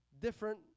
different